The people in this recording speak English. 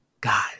God